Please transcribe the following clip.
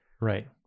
Right